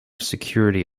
security